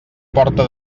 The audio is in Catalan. porta